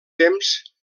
temps